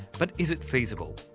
but is it feasible?